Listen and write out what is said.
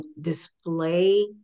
display